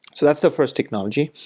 so that's the first technology.